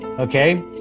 Okay